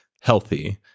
healthy